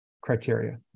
criteria